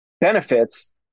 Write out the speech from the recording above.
benefits